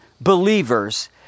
believers